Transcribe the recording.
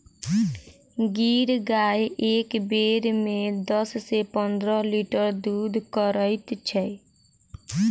गिर गाय एक बेर मे दस सॅ पंद्रह लीटर दूध करैत छै